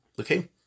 okay